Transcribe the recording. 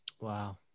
Wow